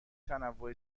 تنوع